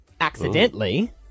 accidentally